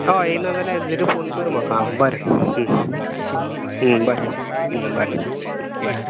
होय येयना जाल्यार एक्जेक्टली फोन कर म्हाका बरें बरें बरें बरें